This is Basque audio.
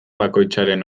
bakoitzaren